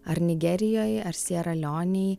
ar nigerijoj ar siera leonėj